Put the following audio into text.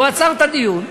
והוא עצר את הדיון.